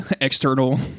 external